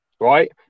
right